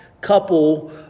couple